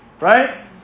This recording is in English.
right